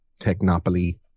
technopoly